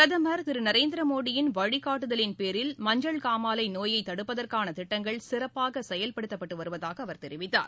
பிரதமர் திரு நரேந்திரமோடியின் வழிகாட்டுதலின் பேரில் மஞ்சள் காமாலை நோயை தடுப்பதற்கான திட்டங்கள் சிறப்பாக செயல்பட்டு வருவதாக தெரிவித்தார்